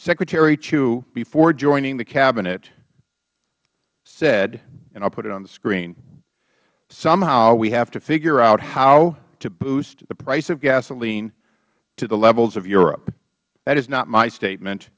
secretary chu before joining the cabinet said and i'll put it on the screen somehow we have to figure out how to boost the price of gasoline to the levels of europe that is not my statement